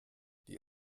die